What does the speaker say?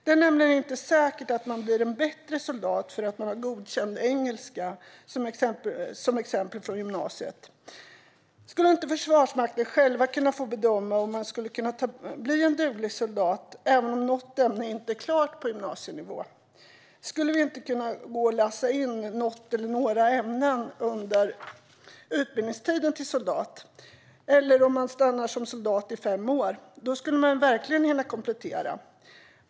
Det är nämligen inte säkert att man blir en bättre soldat för att man inte har godkänt i till exempel engelska från gymnasiet. Skulle inte Försvarsmakten själv kunna få bedöma om man kan bli en duglig soldat även om något ämne på gymnasienivå inte är klart? Skulle det inte gå att läsa in något eller några ämnen under utbildningstiden till soldat? Och stannar man som soldat i fem år skulle man verkligen hinna komplettera.